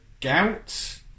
Gout